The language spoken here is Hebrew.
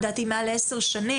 לדעתי מעל עשר שנים.